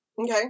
Okay